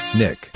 nick